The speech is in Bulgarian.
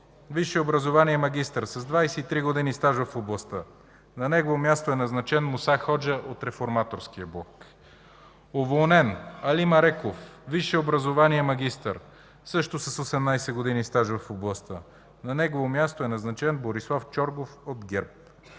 Висше образование, магистър с 20 години стаж в областта. На негово място е назначен Муса Ходжа от Реформаторския блок. Уволнен: Али Мареков. Висше образование, магистър, също с 18 години стаж в областта. На негово място е назначен Борислав Чоргов от ГЕРБ.